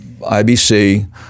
IBC